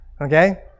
Okay